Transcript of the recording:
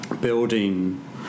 building